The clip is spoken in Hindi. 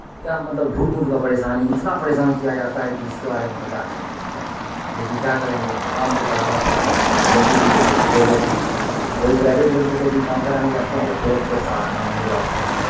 या मतलब झूठ मूठ का परेशानी इतना परेशान किया जाता है कि जिसके बारे में हम बता नहीं सकते लेकिन क्या करेंगे काम तो कराना पड़ता है क्योंकि पैसे की तो सबको ज़रूरत होती है और वही प्राइवेट बैंक में यदि काम कराने जाते हैं तो तुरत तुरत सारा काम हो जाता है